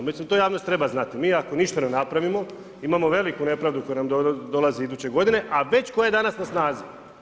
Mislim to javnost treba znati, mi ako ništa ne napravimo imamo veliku nepravdu koja nam dolazi iduće godine, a već koja je danas na snazi.